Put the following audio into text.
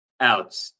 out